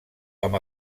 amb